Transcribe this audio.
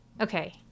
Okay